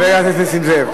חבר הכנסת נסים זאב,